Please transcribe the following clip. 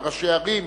על ראשי ערים,